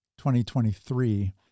2023